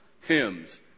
hymns